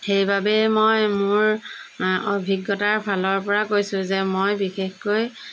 সেইবাবেই মই মোৰ অভিজ্ঞতাৰ ফালৰপৰা কৈছোঁ যে মই বিশেষকৈ